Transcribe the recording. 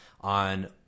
on